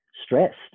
Stressed